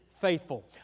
faithful